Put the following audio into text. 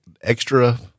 extra